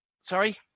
Sorry